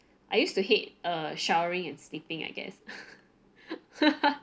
I used to hate uh showering and sleeping I guess